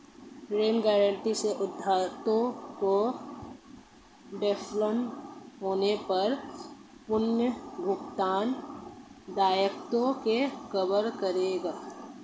ऋण गारंटी से उधारकर्ता के डिफ़ॉल्ट होने पर पुनर्भुगतान दायित्वों को कवर करेगा